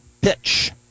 Pitch